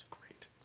great